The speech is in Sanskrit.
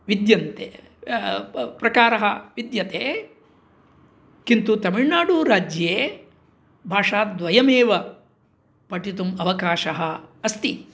विद्यन्ते प्रकारः विद्यते किन्तु तमिळ्नाडुराज्ये भाषाद्वयमेव पठितुम् अवकाशः अस्ति